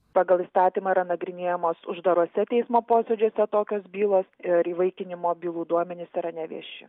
pagal įstatymą yra nagrinėjamos uždaruose teismo posėdžiuose tokios bylos ir įvaikinimo bylų duomenys yra nevieši